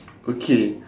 okay